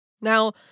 Now